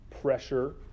pressure